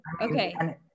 okay